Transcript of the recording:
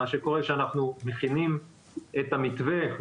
מה שקורה שאנחנו מכינים את המתווה,